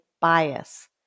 bias